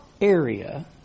area